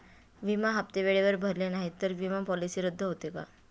विमा हप्ते वेळेवर भरले नाहीत, तर विमा पॉलिसी रद्द होते का?